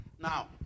now